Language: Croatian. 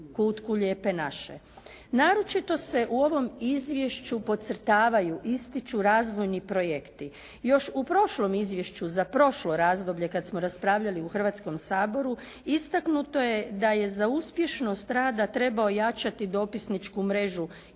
kutku Lijepe naše. Naročito se u ovom izvješću podcrtavaju, ističu razvojni projekti. Još u prošlom izvješću za prošlo razdoblje kad smo raspravljali u Hrvatskom saboru istaknuto je da za uspješnost rada treba ojačati dopisničku mrežu